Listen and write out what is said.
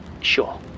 Sure